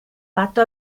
fatto